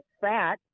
fat